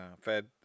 fed